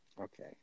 Okay